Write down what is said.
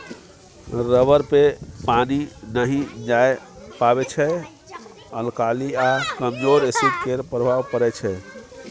rubber मे पानि नहि जाए पाबै छै अल्काली आ कमजोर एसिड केर प्रभाव परै छै